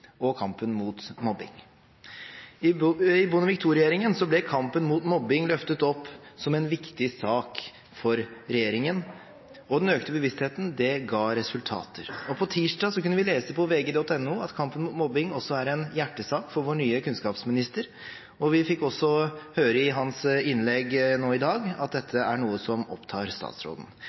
og kampen mot mobbing. I Bondevik II-regjeringen ble kampen mot mobbing løftet opp som en viktig sak for regjeringen, og den økte bevisstheten ga resultater. På tirsdag kunne vi lese på vg.no at kampen mot mobbing også er en hjertesak for vår nye kunnskapsminister. Vi fikk også høre i hans innlegg nå i dag at dette er noe som opptar statsråden.